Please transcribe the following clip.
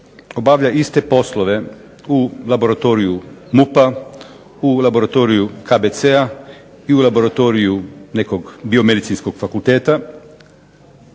obavlja iste poslove u laboratoriju MUP-a, u laboratoriju KBC-a i u laboratoriju nekog Biomedicinskog fakulteta.